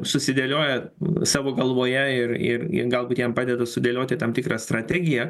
susidėlioja savo galvoje ir ir ir galbūt jam padeda sudėlioti tam tikrą strategiją